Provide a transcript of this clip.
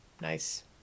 Nice